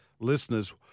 listeners